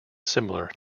similar